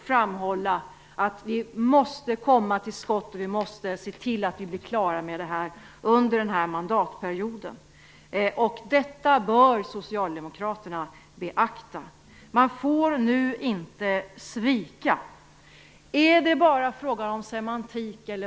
Vi framhåller att vi måste komma till skott och se till att vi blir klara under denna mandatperiod. Detta bör Socialdemokraterna beakta. Man får inte svika. Är det bara fråga om semantik?